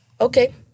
Okay